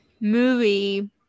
movie